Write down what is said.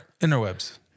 Interwebs